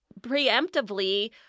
preemptively